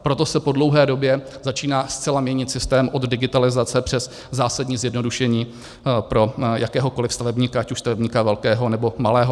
Proto se po dlouhé době začíná zcela měnit systém od digitalizace přes zásadní zjednodušení pro jakéhokoliv stavebníka, ať už stavebníka velkého, nebo malého.